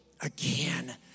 again